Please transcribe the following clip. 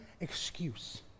excuse